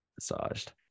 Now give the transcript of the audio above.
massaged